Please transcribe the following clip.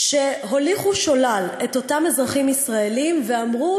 שהוליכו שולל את אותם אזרחים ישראלים ואמרו